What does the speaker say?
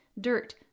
dirt